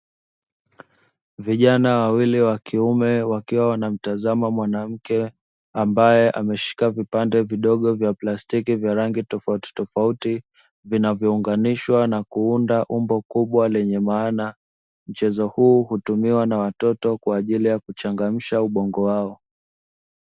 Vijana wawili wakiume wakiwa wanamtazama mwanamke, ambaye ameshika vipande vidogo vya plastiki vya rangi tofautitofauti vinavyounganishwa na kuunda umbo kubwa lenye maana. Mchezo huu hutumiwa na watoto kwaajili ya kuchangamsha ubongo wao.